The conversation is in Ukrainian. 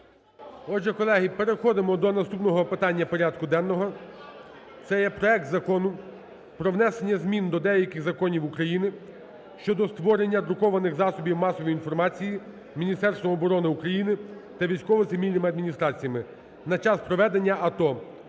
Отже, колеги переходимо до наступного питання порядку денного. Це є проект Закону про внесення змін до деяких законів України (щодо створення друкованих засобів масової інформації Міністерством оборони України та військово-цивільними адміністраціями на час проведення АТО)